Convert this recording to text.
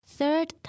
Third